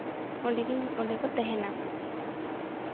ᱚᱸᱰᱮᱠᱤᱱ ᱚᱸᱰᱮ ᱠᱚ ᱛᱟᱦᱮᱱᱟ